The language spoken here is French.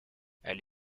elle